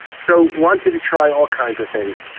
so, wanted to try all kinds of things